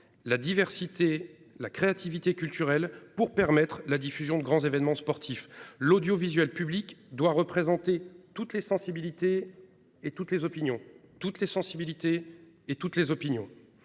la diversité et la créativité culturelle, ainsi que pour permettre la diffusion des grands événements sportifs. L'audiovisuel public doit représenter toutes les sensibilités et toutes les opinions-